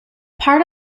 part